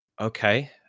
Okay